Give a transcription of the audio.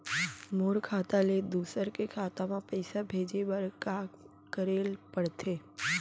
मोर खाता ले दूसर के खाता म पइसा भेजे बर का करेल पढ़थे?